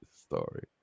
story